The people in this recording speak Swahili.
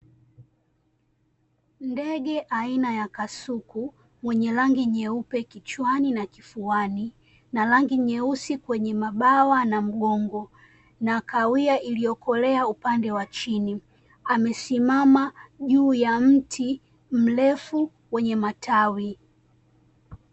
Ndege aina ya kasuku, mwenye rangi nyeupe kichwani na kifuani, na rangi nyeusi kwenye mabawa na mgongo na kahawia iliyokolea upande wa chini. Amesimama juu ya mti mrefu wenye matawi.